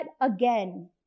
again